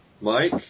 Mike